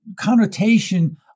connotation